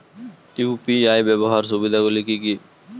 UPI ব্যাবহার সুবিধাগুলি কি কি?